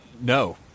No